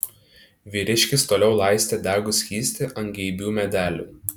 vyriškis toliau laistė degų skystį ant geibių medelių